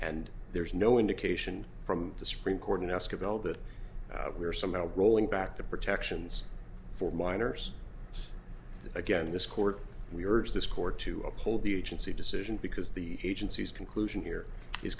and there's no indication from the supreme court and ask a bill that we are somehow rolling back the protections for minors again this court we urge this court to uphold the agency decision because the agencies conclusion here